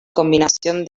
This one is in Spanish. combinación